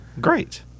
great